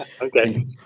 Okay